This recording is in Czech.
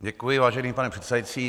Děkuji, vážený pane předsedající.